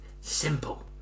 Simple